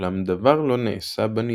אולם דבר לא נעשה בנידון.